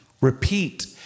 repeat